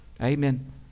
Amen